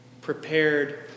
prepared